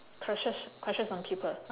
crushes crushes on people